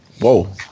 Whoa